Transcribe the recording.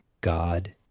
God